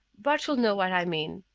bart will know what i mean